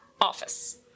Office